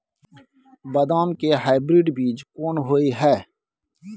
बदाम के हाइब्रिड बीज कोन होय है?